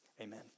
amen